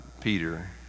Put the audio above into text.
Peter